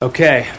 Okay